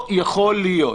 לא יכול להיות.